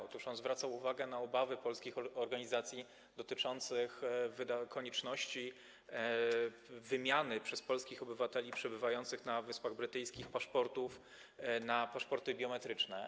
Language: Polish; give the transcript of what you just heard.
Otóż zwracał on uwagę na obawy polskich organizacji dotyczące konieczności wymiany przez polskich obywateli przebywających na Wyspach Brytyjskich paszportów na paszporty biometryczne.